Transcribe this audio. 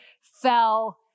fell